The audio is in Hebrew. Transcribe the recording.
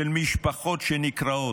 של משפחות שנקרעות.